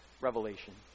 revelation